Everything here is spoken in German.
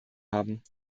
haben